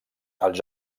als